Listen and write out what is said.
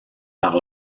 par